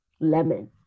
lemon